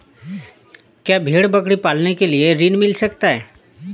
क्या भेड़ बकरी पालने के लिए ऋण मिल सकता है?